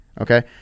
Okay